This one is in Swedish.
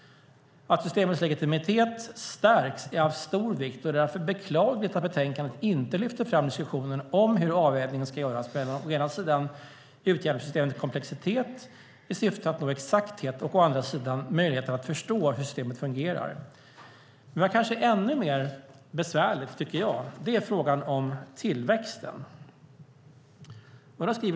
Att systemets legitimitet stärks är av stor vikt och det är därför beklagligt att betänkandet inte lyfter fram diskussionen om hur avvägningen ska göras mellan, å ena sidan, utjämningssystemets komplexitet i syfte att nå exakthet och, å andra sidan, möjligheten att förstå hur systemet fungerar." Vad som kanske är ännu mer besvärligt är frågan om tillväxten.